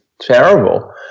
terrible